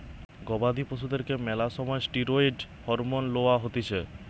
গবাদি পশুদেরকে ম্যালা সময় ষ্টিরৈড হরমোন লওয়া হতিছে